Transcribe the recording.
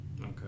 Okay